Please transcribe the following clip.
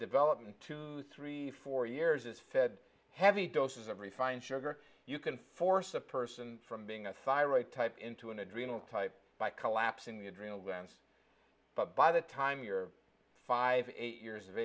development two three four years is fed heavy doses of refined sugar you can force a person from being a thyroid type into an adrenal type by collapsing the adrenal glands but by the time you're five eight years of